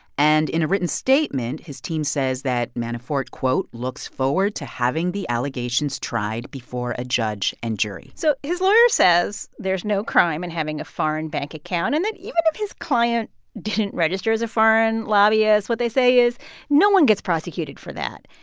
and in a written statement, his team says that manafort, quote, looks forward to having the allegations tried before a judge and jury. so his lawyer says there's no crime in and having a foreign bank account and that even if his client didn't register as a foreign lobbyist, what they say is no one gets prosecuted for that.